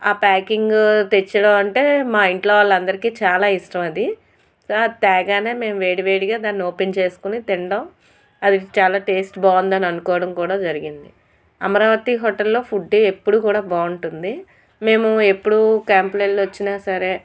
ఆ ప్యాకింగ్ తేవడం అంటే మా ఇంట్లో వాళ్ళందరికీ చాలా ఇష్టం అది ఆ తేగానే మేం వేడివేడిగా దాన్ని ఓపెన్ చేసుకోని తినడం అది చాలా టేస్ట్ బాగుందని అనుకోవడం కూడా జరిగింది అమరావతి హోటల్లో ఫుడే ఎప్పుడు కూడా బాగుంటుంది మేము ఎప్పుడూ క్యాంపులు వెళ్ళీ వచ్చిన సరే